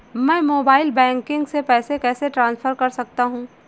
मैं mobile banking से पैसे कैसे ट्रांसफर कर सकता हूं?